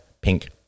pink